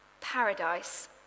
Paradise